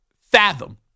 fathom